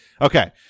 Okay